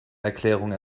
erklärung